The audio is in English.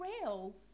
real